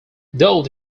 though